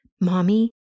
mommy